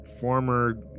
former